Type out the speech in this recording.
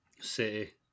City